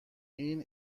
این